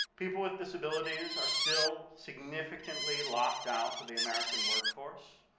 people with disabilities are still significantly locked out of the american workforce.